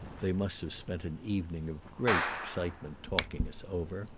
they must have spent an evening of great excitement talking us over